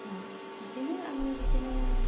बिदिनो आङो बिदिनो